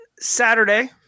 Saturday